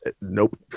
Nope